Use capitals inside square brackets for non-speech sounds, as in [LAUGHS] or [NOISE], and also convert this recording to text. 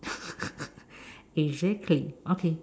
[LAUGHS] exactly okay